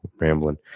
rambling